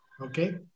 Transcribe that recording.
Okay